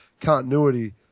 continuity